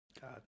God